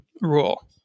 rule